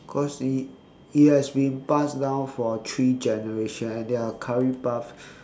cause it it has been passed down for three generations and their curry puffs